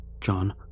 John